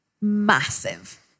massive